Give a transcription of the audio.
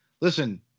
listen